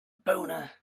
boner